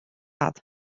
hat